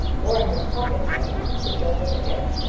or in his pocket, sir, suggested ricketts.